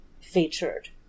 featured